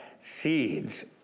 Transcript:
seeds